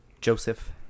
Joseph